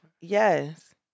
Yes